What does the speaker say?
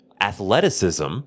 athleticism